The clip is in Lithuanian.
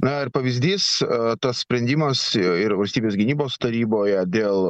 na ir pavyzdys tas sprendimas ir valstybės gynybos taryboje dėl